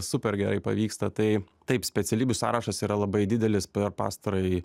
super gerai pavyksta tai taip specialybių sąrašas yra labai didelis per pastarąjį